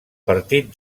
parit